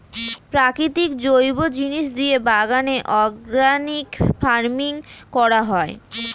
প্রাকৃতিক জৈব জিনিস দিয়ে বাগানে অর্গানিক ফার্মিং করা হয়